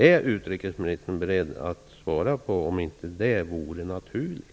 Är utrikesministern beredd att svara på om inte det vore naturligt?